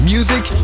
Music